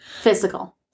Physical